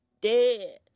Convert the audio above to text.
dead